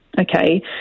Okay